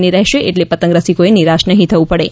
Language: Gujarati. ની રહેશે આટલે પતંગ રસિકોને નિરાશ નહીં થવું પડે